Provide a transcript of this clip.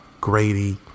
Grady